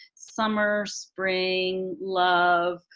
summer. spring. love.